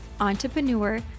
entrepreneur